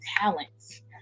talents